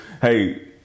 hey